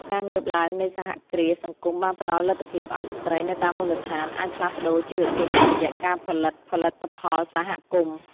ការងើបឡើងនៃសហគ្រាសសង្គមបានផ្ដល់លទ្ធភាពឱ្យស្ត្រីនៅតាមមូលដ្ឋាន អាចផ្លាស់ប្តូរជីវភាពតាមរយៈការផលិតផលិតផលសហគមន៍។